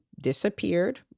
disappeared